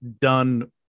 done